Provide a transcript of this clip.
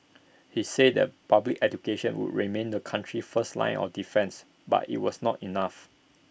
he said that public education would remain the country's first line of defence but IT was not enough